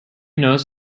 notice